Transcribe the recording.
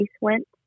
went